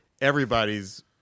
everybody's